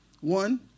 One